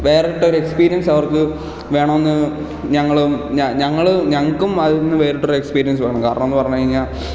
വേറിട്ടൊരു എക്സ്പീരിയൻസ് അവർക്ക് വേണമെന്ന് ഞങ്ങളും ഞങ്ങൾ ഞങ്ങൾക്കും അതിൽ നിന്ന് വേറിട്ടൊരു എക്സ്പീരിയൻസ് വേണം കാരണമെന്ന് പറഞ്ഞു കഴിഞ്ഞാൽ